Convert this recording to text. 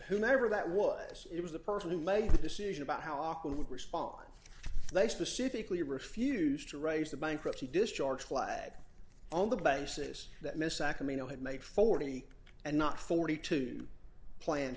whomever that was it was the person who made the decision about how auckland would respond they specifically refused to raise the bankruptcy discharge flag on the basis that misaka mino had made forty and not forty two plan